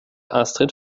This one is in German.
astrid